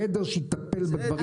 חדר שיטפל בדברים היפים שלהם.